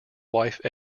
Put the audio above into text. wife